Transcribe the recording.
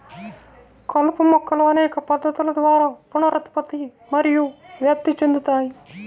కలుపు మొక్కలు అనేక పద్ధతుల ద్వారా పునరుత్పత్తి మరియు వ్యాప్తి చెందుతాయి